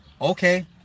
okay